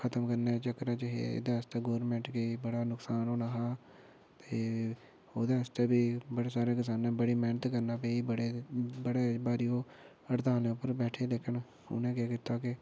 खतम करने दे चक्करै च हे एह्दे आस्तै गौरमेंट गी बड़ा नकसान होना हा ते ओह्दे आस्तै बी बड़े सारे किसाने बड़ी मेह्नत करना पेई बड़े बड़े बारी ओह् ह्ड़तालै उप्पर बैठे पर लेकिन उनें केह् कीता कि